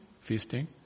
feasting